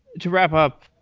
to wrap up,